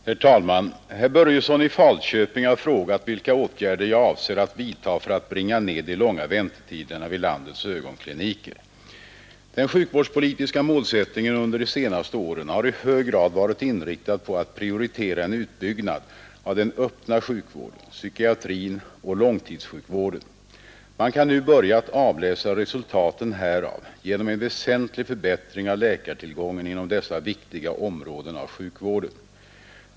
Herr talman! Herr Börjesson i Falköping har frågat vilka åtgärder jag avser att vidta för att bringa ner de långa väntetiderna vid landets ögonkliniker. Den sjukvårdspolitiska målsättningen under de senaste åren har i hög grad varit inriktad på att prioritera en utbyggnad av den öppna sjukvården, psykiatrin och långtidssjukvården. Man kan nu börja att avläsa resultaten härav genom en väsentlig förbättring av läkartillgången inom dessa viktiga områden av sjukvården.